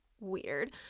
weird